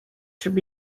should